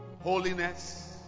Holiness